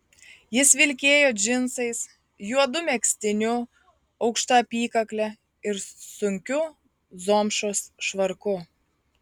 jis vilkėjo džinsais juodu megztiniu aukšta apykakle ir sunkiu zomšos švarku